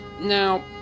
Now